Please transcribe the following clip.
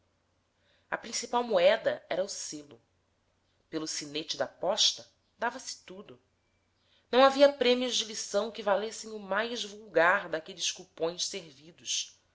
a principal moeda era o selo pelo sinete da posta dava-se tudo não havia prêmios de lição que valessem o mais vulgar daqueles cupons servidos